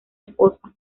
esposa